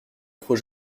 trop